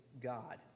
God